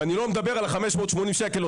ואני לא מדבר על 580 השקלים,